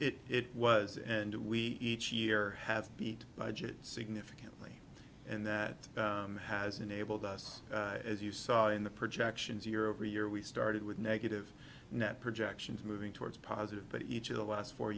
what it was and we each year have beat budget significantly and that has enabled us as you saw in the projections year over year we started with negative net projections moving towards positive but each of the last four